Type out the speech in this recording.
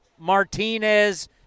martinez